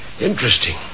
Interesting